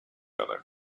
other